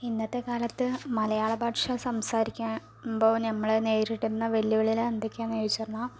ഇന്നത്തെ കാലത്ത് മലയാളഭാഷ സംസാരിക്കാ മ്പോ ഞമ്മള് നേരിടുന്ന വെല്ലുവിളികൾ എന്തൊക്കെയാന്ന് ചോദിച്ചിരുന്നാ